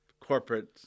corporate